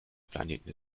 planeten